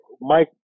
Mike